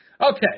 Okay